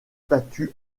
statues